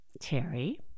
Terry